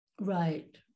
Right